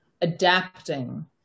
adapting